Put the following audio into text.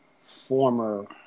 former